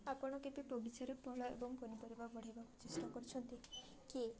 ଆପଣ କେବେ ବଗିଚାରେ ଫଳ ଏବଂ ପନିପରିବା ବଢ଼େଇବାକୁ ଚେଷ୍ଟା କରଛନ୍ତି କି